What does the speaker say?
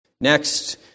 Next